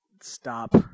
stop